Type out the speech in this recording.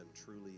truly